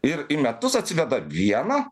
ir į metus atsiveda vieną